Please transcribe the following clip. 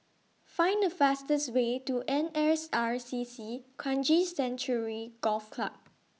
Find The fastest Way to N S R C C Kranji Sanctuary Golf Club